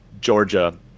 georgia